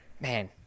man